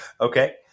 Okay